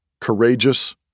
courageous